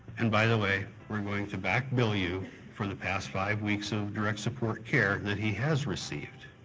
and by the way, we're going to back-bill you for the past five weeks of direct support care that he has received.